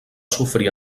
sofrir